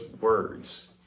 words